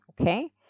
Okay